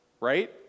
right